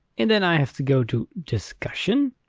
and then i have to go to discussion.